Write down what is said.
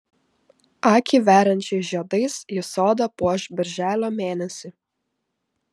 akį veriančiais žiedais ji sodą puoš birželio mėnesį